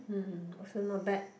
hmm also not bad